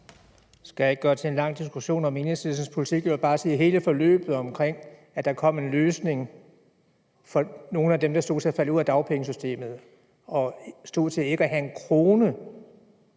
skal ikke gøre det til en lang diskussion om Enhedslistens politik, jeg vil bare, i forbindelse med at der kom en løsning for nogle af dem, der stod til at falde ud af dagpengesystemet og stod til ikke at have en krone